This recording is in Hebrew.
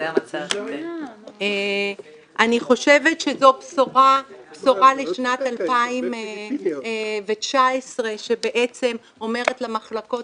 אני חושבת שזו בשורה לשנת 2019 שאומרת למחלקות